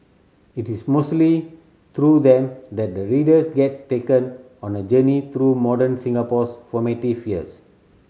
it is mostly through them that the readers gets taken on a journey through modern Singapore's formative years